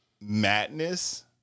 madness